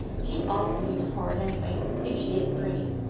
she's awful mean and horrid anyway, if she is pretty.